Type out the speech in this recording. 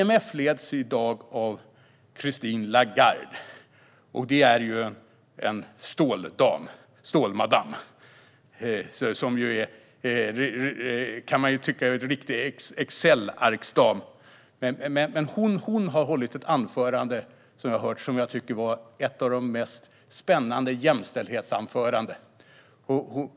IMF leds i dag av Christine Lagarde. Hon är en stålmadam. Man kan tycka att hon är en riktig Excelarksdam. Hon har hållit ett anförande, som är ett av de mest spännande jämställdhetsanföranden jag har hört.